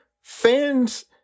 fans